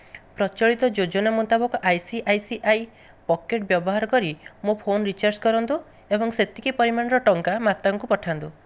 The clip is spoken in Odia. ପ୍ରଚଳିତ ଯୋଜନା ମୁତାବକ I C I C I pocket ବ୍ୟବହାର କରି ମୋ ଫୋନ୍ ରିଚାର୍ଜ କରନ୍ତୁ ଏବଂ ସେତିକି ପରିମାଣର ଟଙ୍କା ମାତାଙ୍କୁ ପଠାନ୍ତୁ